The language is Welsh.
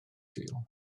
sul